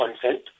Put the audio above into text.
consent